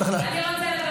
התשפ"ד 2024,